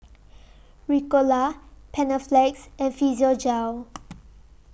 Ricola Panaflex and Physiogel